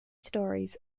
storeys